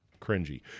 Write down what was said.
cringy